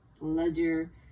ledger